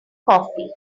coffee